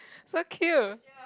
so cute